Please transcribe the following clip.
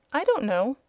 i don't know.